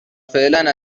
فعلا